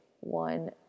one